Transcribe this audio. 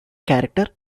character